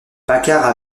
paccard